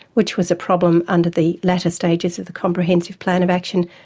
which was a problem under the latter stages of the comprehensive plan of action,